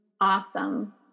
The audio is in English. Awesome